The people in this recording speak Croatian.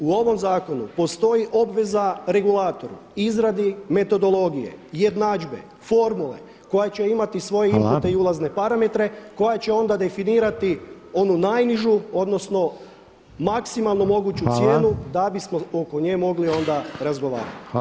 U ovom zakonu postoji obveza regulatoru, izradi metodologije, jednadžbe, formule koja će imati svoje inpute i ulazne parametre, koja će onda definirati onu najnižu odnosno maksimalno moguću cijenu da bismo oko nje mogli onda razgovarati.